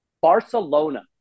Barcelona